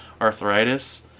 arthritis